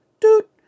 doot